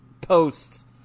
post